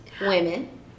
Women